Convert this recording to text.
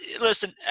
Listen